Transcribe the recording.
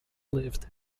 lived